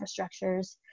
infrastructures